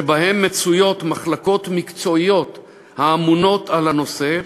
שבהם מצויות מחלקות מקצועיות האמונות על הנושא,